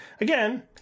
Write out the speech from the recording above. again